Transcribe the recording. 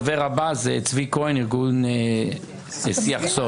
הדובר הבא הוא צבי כהן, ארגון "שיח סוד".